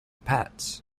pets